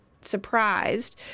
surprised